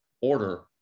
order